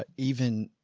ah even.